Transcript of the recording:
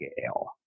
scale